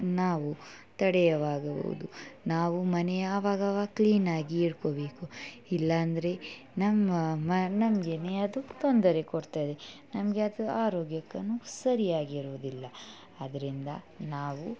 ನಾವು ತಡೆಯವಾಗಬಹುದು ನಾವು ಮನೆ ಆವಾಗ ಅವಾಗ ಕ್ಲೀನಾಗಿ ಇಟ್ಕೋಬೇಕು ಇಲ್ಲಾಂದರೆ ನಮ್ಮ ಮ ನಮಗೇನೆ ಅದು ತೊಂದರೆ ಕೊಡ್ತದೆ ನಮಗೆ ಅದು ಆರೋಗ್ಯಕ್ಕೆನು ಸರಿಯಾಗಿ ಇರೋದಿಲ್ಲ ಅದರಿಂದ ನಾವು